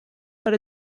but